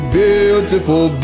beautiful